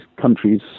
countries